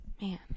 Man